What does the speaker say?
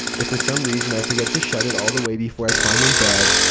if for some reason i forget to shut it all the way before i climb in bed,